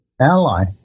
ally